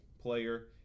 player